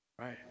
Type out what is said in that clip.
Right